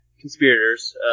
conspirators